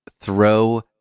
throw